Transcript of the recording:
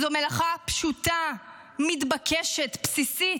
זו מלאכה פשוטה, מתבקשת, בסיסית.